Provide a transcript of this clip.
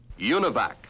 Univac